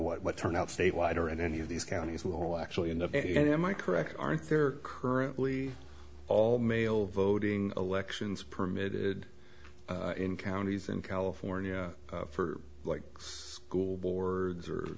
what turnout statewide or in any of these counties will actually end up and am i correct aren't there currently all mail voting elections permitted in counties in california for like school boards